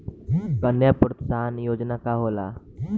कन्या प्रोत्साहन योजना का होला?